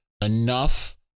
enough